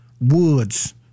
Woods